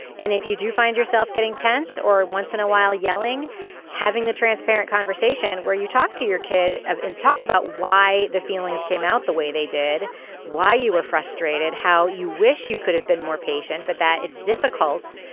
and if you do find yourself getting getting tense or once in a while yelling having the transparent conversation where you talk to your kid and talk about why the feelings came out the way they did why you were frustrated how you wish you could have been more patient but that it's difficult.